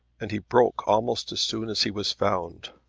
and he broke almost as soon as he was found.